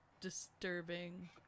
disturbing